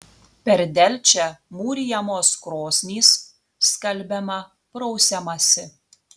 per delčią mūrijamos krosnys skalbiama prausiamasi